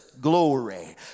glory